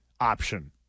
option